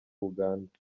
uganda